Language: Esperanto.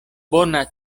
bona